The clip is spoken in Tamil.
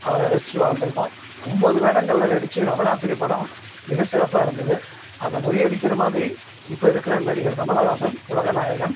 அவரை ரசித்து வாழ்ந்துருக்கோம் ஒம்பது வேடங்களில் நடித்து நவராத்திரி படம் மிக சிறப்பாக இருந்தது அதை முறியடிக்கிற மாதிரி இப்போ இருக்கிற நடிகர் கமலஹாசன் உலகநாயகன்